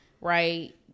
right